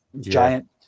giant